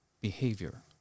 behavior